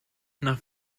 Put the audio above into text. nach